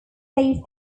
saved